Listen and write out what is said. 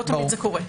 לא תמיד זה קורה.